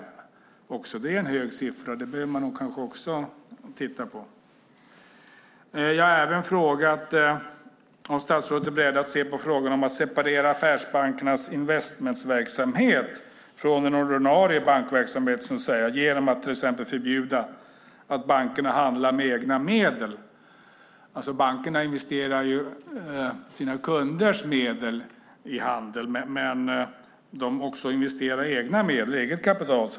Det är också en hög siffra som man kanske behöver titta på. Jag har frågat om statsrådet är beredd att titta på frågan att separera affärsbankernas investmentverksamhet från den ordinarie bankverksamheten genom att till exempel förbjuda att bankerna handlar med egna medel. Bankerna investerar ju sina kunders medel i handel, men de investerar också eget kapital.